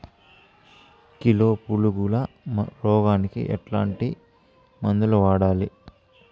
Kilo పులుగుల రోగానికి ఎట్లాంటి మందులు వాడాలి?